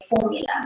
formula